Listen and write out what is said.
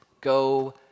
go